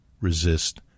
resist